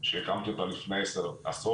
שהקמתי לפני עשות.